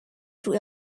主体